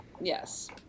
Yes